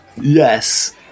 Yes